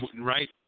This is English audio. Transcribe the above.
Right